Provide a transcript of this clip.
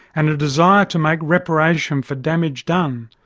and a desire to make reparation for damage done,